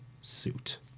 suit